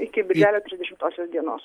iki birželio trisdešimtosios dienos